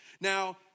Now